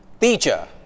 Teacher